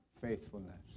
faithfulness